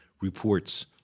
reports